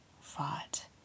fought